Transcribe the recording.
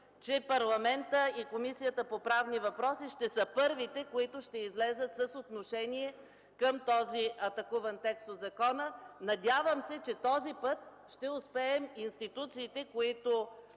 че парламентът и Комисията по правни въпроси ще са първите, които ще излязат с отношение към този атакуван текст от закона. Надявам се, че този път ще успеем – институциите, които